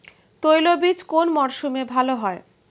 তৈলবীজ কোন মরশুমে ভাল হয়?